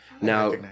now